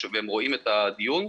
והם רואים את הדיון.